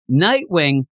Nightwing